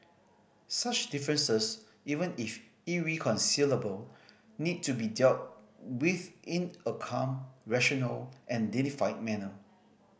such differences even if irreconcilable need to be dealt with in a calm rational and dignified manner